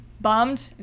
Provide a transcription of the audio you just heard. Bombed